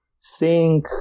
seeing